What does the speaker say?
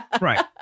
Right